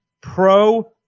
pro